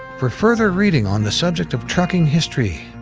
for further reading on the subject of trucking history,